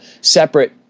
separate